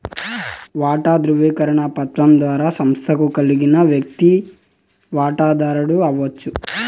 వాటా దృవీకరణ పత్రం ద్వారా సంస్తకు కలిగిన వ్యక్తి వాటదారుడు అవచ్చు